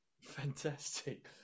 Fantastic